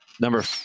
Number